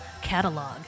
catalog